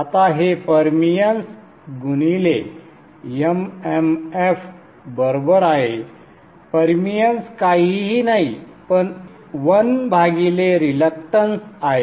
आता हे परमिअन्स गुणिले MMF बरोबर आहे परमिअन्स काहीही नाही पण 1 भागिले रिलक्टंस आहे